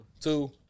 Two